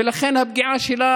ולכן הפגיעה שלה